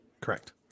Correct